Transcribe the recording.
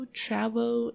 travel